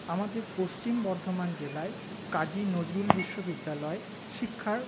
আমাদের পশ্চিম বর্ধমান জেলায় কাজী নজরুল বিশ্ববিদ্যালয় শিক্ষার